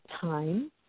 time